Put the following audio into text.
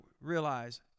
realize